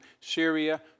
Syria